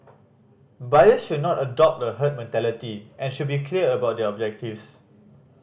buyers should not adopt a herd mentality and should be clear about their objectives